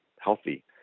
healthy